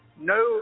no